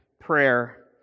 prayer